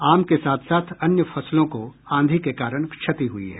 आम के साथ साथ अन्य फसलों को आंधी के कारण क्षति हुई है